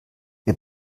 wer